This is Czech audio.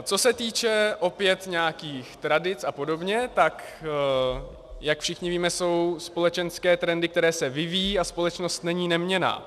Co se týče opět nějakých tradic a podobně, tak jak všichni víme, jsou společenské trendy, které se vyvíjejí, a společnost není neměnná.